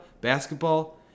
basketball